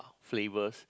flavours